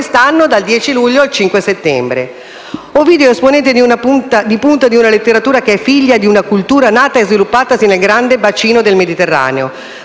grazie a tutta